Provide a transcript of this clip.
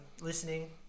listening